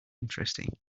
interesting